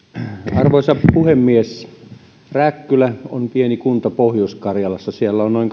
arvoisa puhemies rääkkylä on pieni kunta pohjois karjalassa siellä on noin